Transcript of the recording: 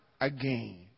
again